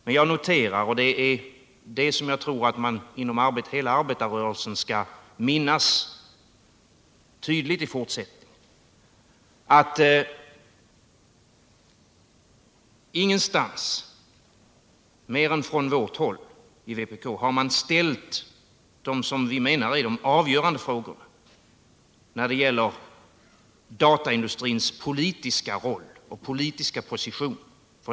Men jag noterar — och jag tror att det är det som man inom hela arbetarrörelsen i fortsättningen tydligt skall minnas — att enbart vi i vpk har ställt de enligt vår uppfattning avgörande frågorna när det gäller dataindustrins politiska roll och position.